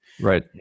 right